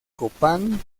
copán